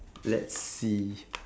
let's see